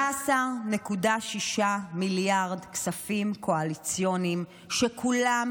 13.6 מיליארד כספים קואליציוניים שכולם